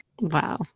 Wow